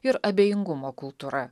ir abejingumo kultūra